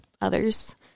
others